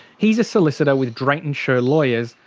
he's a solicitor with drayton sher lawyers.